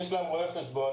יש להם רואה חשבון,